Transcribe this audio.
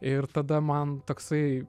ir tada man toksai